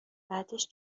بعدش